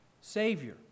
Savior